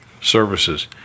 services